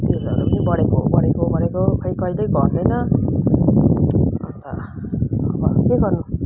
तेलहरू पनि बढेको बढेको बढेको खै कहिल्यै घट्दैन अन्त अब के गर्नु